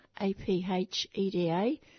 A-P-H-E-D-A